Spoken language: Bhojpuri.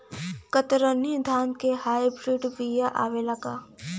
कतरनी धान क हाई ब्रीड बिया आवेला का?